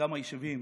בכמה יישובים